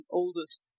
oldest